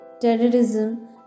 terrorism